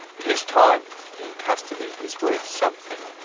his time in custody is worth something,